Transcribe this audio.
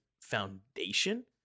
foundation